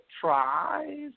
tries